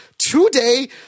Today